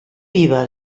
viva